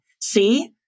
See